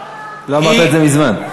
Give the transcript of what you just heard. לא אמרת את זה מזמן.